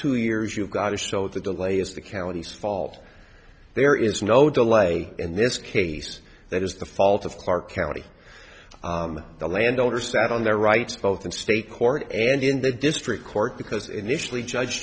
two years you've got to show the delay is the county's fault there is no delay in this case that is the fault of clark county the landowner sat on their rights both in state court and in the district court because initially judge